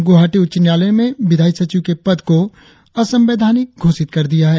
गुवाहाटी उच्च न्यायालय में विधायी सचिव के पद को असंवैधानिक घोषित कर दिया है